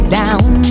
down